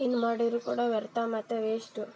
ಏನ್ ಮಾಡಿದ್ರು ಕೂಡ ವ್ಯರ್ಥ ಮತ್ತು ವೇಸ್ಟು